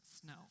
snow